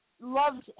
loves